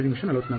ಇಲ್ಲ